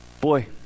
boy